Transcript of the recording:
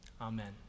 Amen